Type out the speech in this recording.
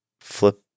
flip